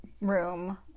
room